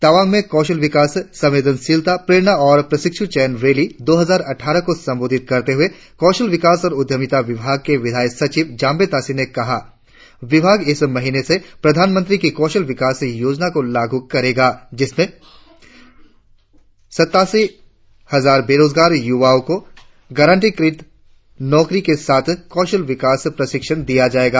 तवांग में कौशल विकास संवेदनशीलता प्रेरणा और प्रशिक्ष चयन रैली दो हजार अट्ठारह को संबोधित करते हुए कौशल विकास और उद्यमिता विभाग के संसदीय सचिव जेम्बी तशी ने कहा विभाग इस महीने से प्रधानमंत्री की कौशल विकास योजना को लागू करेगा जिसमें सत्तासी हजार बेरोजगार युवाओं को गारंटीकृत नौकरियों के साथ कौशल विकास प्रशिक्षण दिया जाएगा